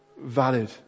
valid